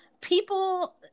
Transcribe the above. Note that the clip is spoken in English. people